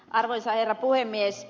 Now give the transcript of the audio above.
arvoisa herra puhemies